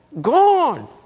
gone